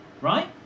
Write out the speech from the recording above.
right